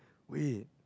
wait